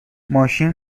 ماشین